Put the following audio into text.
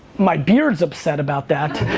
my beard is upset about that.